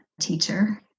teacher